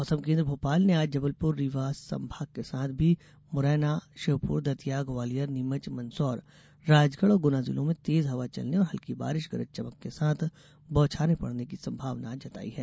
मौसम केन्द्र भोपाल ने आज जबलपुर रीवा शहडोल संभाग के साथ भी मुरैना श्योपुर दतिया ग्वालियर नीमच मंदसौर राजगढ़ और गुना जिलों में तेज हवा चलने और हल्की बारिश गरज चमक के साथ बौछारें पड़ने की संभावना जताई है